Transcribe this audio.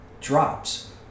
drops